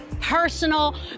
personal